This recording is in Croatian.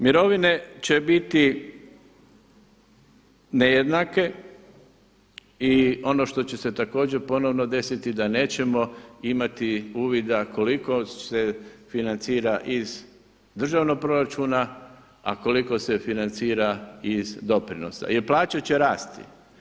Mirovine će biti nejednake i ono što će se također ponovno desiti da nećemo imati uvida koliko se financira iz državnog proračuna, a koliko se financira iz doprinosa jer plaće će rasti.